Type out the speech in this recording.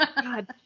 God